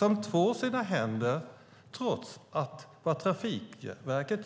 Hon tvår sina händer trots att Trafikverket